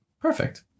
Perfect